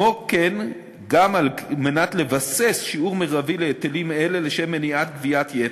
וגם על מנת לבסס שיעור מרבי להיטלים אלה לשם מניעת גביית יתר.